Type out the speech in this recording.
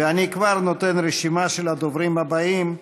ואני כבר נותן רשימה של הדוברים הבאים: